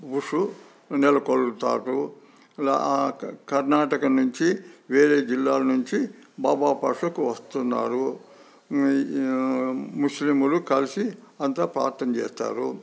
గుసు నెలకొల్పుతారు కర్ణాటక నుంచి వేరే జిల్లాల నుంచి బాబా పాస్కు వస్తున్నారు ముస్లింలు కలిసి అంతా ప్రార్ధన చేస్తారు